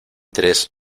tres